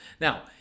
Now